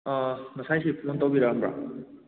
ꯑꯥ ꯉꯁꯥꯏ ꯁꯤ ꯐꯣꯟ ꯇꯧꯕꯤꯔꯛꯑꯕ꯭ꯔꯥ